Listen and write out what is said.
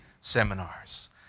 seminars